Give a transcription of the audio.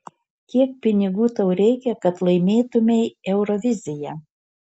kiek pinigų tau reikia kad laimėtumei euroviziją